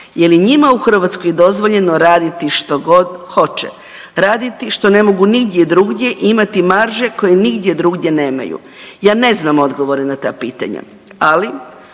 Je li njima u Hrvatskoj dozvoljeno raditi što god hoće? Raditi što ne mogu nigdje drugdje i imati marže koje nigdje drugdje nemaju. Ja ne znam odgovore na ta pitanja, ali